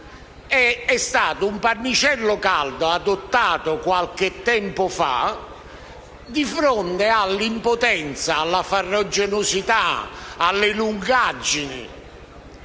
è stato un pannicello caldo adottato qualche tempo fa di fronte all'impotenza, alla farraginosità e alle lungaggini